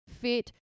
fit